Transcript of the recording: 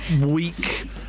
weak